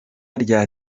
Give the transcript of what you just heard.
rya